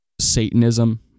Satanism